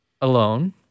alone